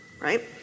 right